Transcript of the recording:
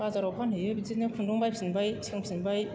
बाजाराव फानहैयो बिदिनो खुन्दुं बायफिनबाय सोंफिनबाय